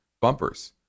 bumpers